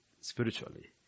spiritually